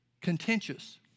contentious